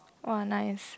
!wah! nice